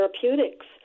therapeutics